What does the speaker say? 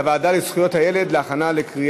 לדיון מוקדם בוועדה לזכויות הילד נתקבלה.